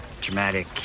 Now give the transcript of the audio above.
dramatic